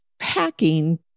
packing